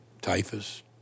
typhus